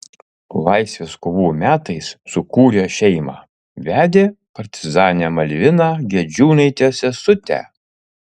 laisvės kovų metais sukūrė šeimą vedė partizanę malviną gedžiūnaitę sesutę